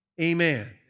Amen